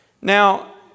Now